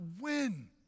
win